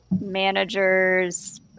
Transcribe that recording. managers